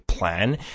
plan